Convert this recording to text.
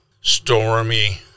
stormy